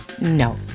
No